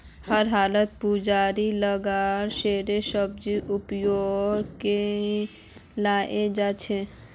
हर हालतत पूंजीर लागतक शेयर बाजारत उपयोग कियाल जा छे